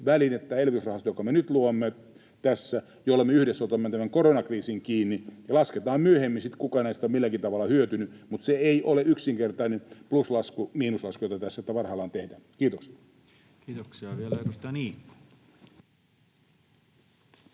väline tämä elvytysrahasto, jonka me nyt luomme tässä, jolla me yhdessä otamme tämän koronakriisin kiinni. Lasketaan myöhemmin sitten, kuka näistä on milläkin tavalla hyötynyt, mutta se ei ole yksinkertainen pluslasku—miinuslasku, jota tässä parhaillaan tehdään. — Kiitoksia.